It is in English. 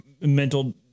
mental